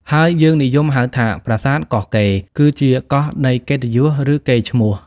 ហើយយើងនិយមហៅថា "ប្រាសាទកោះកេរ" គឺជាកោះនៃកិត្តិយស ឬកេរ្តិ៍ឈ្មោះ ។